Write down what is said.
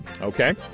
Okay